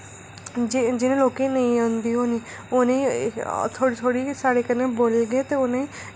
जि'नें लोकें गी नेईं औंदी होनी उ'नें ई थोह्ड़ी थोह्ड़ी बोलगे उ'नें ई साढ़े कन्नै